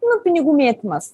nu pinigų mėtymas